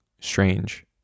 strange